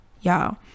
y'all